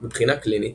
מבחינה קלינית,